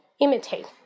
Imitate